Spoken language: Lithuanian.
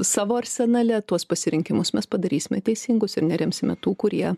savo arsenale tuos pasirinkimus mes padarysime teisingus ir neremsime tų kurie